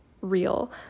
real